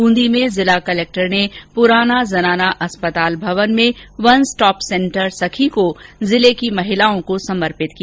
बूंदी में जिला कलेक्टर ने पुराना जनाना अस्पताल भवन में वन स्टॉप सेंटर सखी को जिले की महिलाओं को समर्पित किया